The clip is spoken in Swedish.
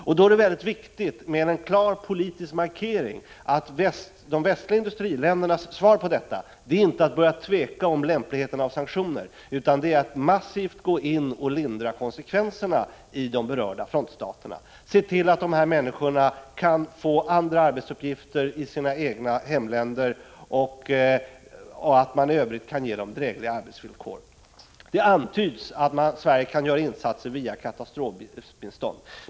Därför är det mycket viktigt med en klar politisk markering, nämligen att de västliga industriländerna inte börjar tvivla på lämpligheten med sanktioner utan går in med massiva insatser och lindrar konsekvenserna i de berörda frontstaterna. Det gäller att se till att de berörda människorna kan få andra arbetsuppgifter i sina hemländer och även att man i övrigt kan ge dem drägliga arbetsvillkor. Det antyds att Sverige kan göra insatser i form av katastrofbistånd.